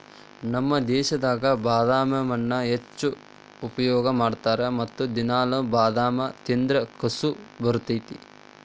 ನಮ್ಮ ದೇಶದಾಗ ಬಾದಾಮನ್ನಾ ಹೆಚ್ಚು ಉಪಯೋಗ ಮಾಡತಾರ ಮತ್ತ ದಿನಾಲು ಬಾದಾಮ ತಿಂದ್ರ ಕಸು ಬರ್ತೈತಿ